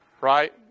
Right